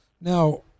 Now